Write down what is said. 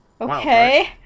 Okay